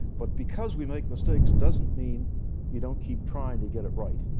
but because we make mistakes doesn't mean you don't keep trying to get it right.